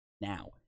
Now